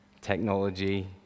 technology